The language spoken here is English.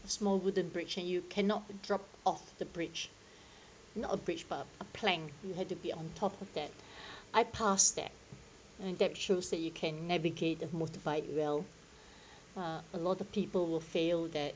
small wooden bridge and you cannot drop off the bridge not a bridge but a plank you had to be on top of that I pass that and that shows that you can navigate the motorbike well uh a lot of people will fail that